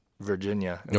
Virginia